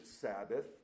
Sabbath